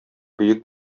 бөек